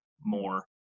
more